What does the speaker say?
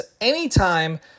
anytime